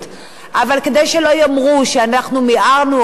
אבל כדי שלא יאמרו שאנחנו מיהרנו או לא,